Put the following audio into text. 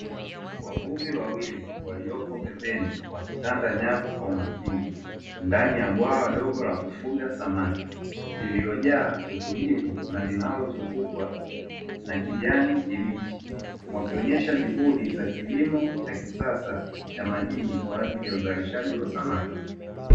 Wavuvi wawili waliopo pembeni wakitanda nyavu kwa umakini ndani ya bwawa dogo la kufugwa samaki, lililojaa utulivu na linalozungukwa na kijani kibichi wakionesha juhudi za kilimo cha kisasa cha majini kwaajili ya uzalishaji wa samaki